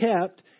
kept